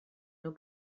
nhw